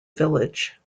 village